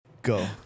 Go